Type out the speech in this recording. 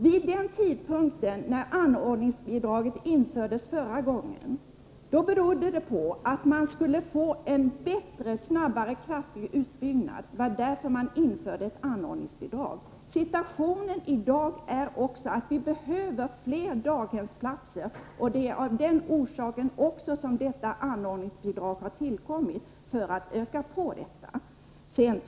Förra gången anordningsbidrag infördes var anledningen den att man ville få till stånd en snabbare och kraftigare utbyggnad. Också i dag är situationen sådan att vi behöver fler daghemsplatser, och förslaget om anordningsbidrag har framlagts för att möjliggöra en ökning av deras antal.